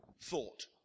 thought